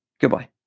Goodbye